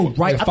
right